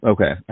Okay